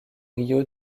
río